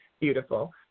beautiful